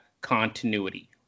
continuity